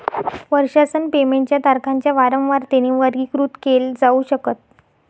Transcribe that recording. वर्षासन पेमेंट च्या तारखांच्या वारंवारतेने वर्गीकृत केल जाऊ शकत